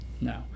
No